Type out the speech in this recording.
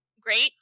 great